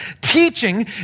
teaching